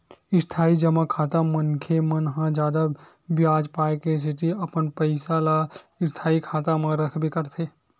इस्थाई जमा खाता मनखे मन ह जादा बियाज पाय के सेती अपन पइसा ल स्थायी खाता म रखबे करथे